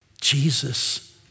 Jesus